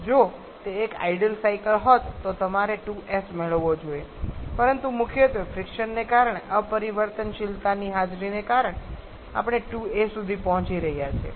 જો તે એક આઇડલ સાયકલ હોત તો તમારે 2s મેળવવો જોઈએ પરંતુ મુખ્યત્વે ફ્રીક્શનને કારણે અપરિવર્તનશીલતાની હાજરીને કારણે આપણે 2a સુધી પહોંચી રહ્યા છીએ